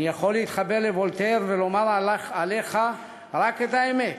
אני יכול להתחבר לוולטר ולומר עליך רק את האמת,